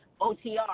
OTR